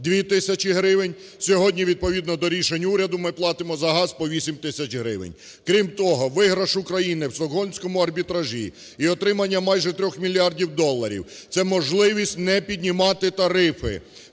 2 тисячі гривень, сьогодні відповідно до рішень уряду ми платимо за газ по 8 тисяч гривень. Крім того, виграш України у Стокгольмському арбітражі і отримання майже 3 мільярдів доларів. Це можливість не піднімати тарифи.